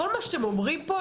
כל מה שאם אומרים פה,